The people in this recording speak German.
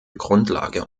grundlage